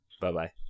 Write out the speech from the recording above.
Bye-bye